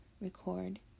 record